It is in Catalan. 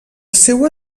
seua